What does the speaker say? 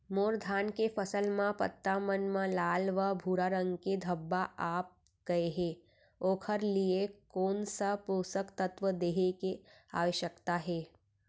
मोर धान के फसल म पत्ता मन म लाल व भूरा रंग के धब्बा आप गए हे ओखर लिए कोन स पोसक तत्व देहे के आवश्यकता हे?